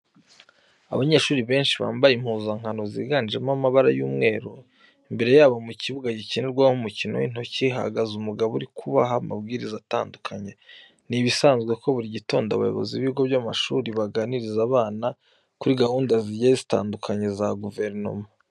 Abanyeshuri benshi bambaye impuzankano ziganjemo amabara y'umweru imbere yabo mu kibuga gikinirwamo umukino w'intoki, hahagaze umugabo uri kubaha amabwiriza atandukanye. Ni ibisanzwe ko buri gitondo abayobozi b'ibigo by'amashuri baganiriza abana kuri gahunda zigiye zitandukanye za guverinoma.